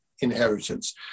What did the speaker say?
inheritance